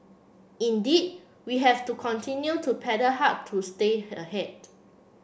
indeed we have to continue to paddle hard to stay ahead